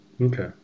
Okay